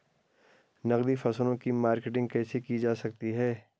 नकदी फसलों की मार्केटिंग कैसे की जा सकती है?